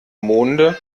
monde